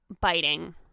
biting